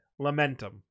Lamentum